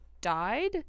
died